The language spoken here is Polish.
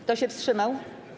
Kto się wstrzymał?